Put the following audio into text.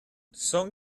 son